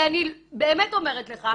ואני באמת אומרת לך,